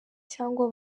cyangwa